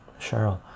cheryl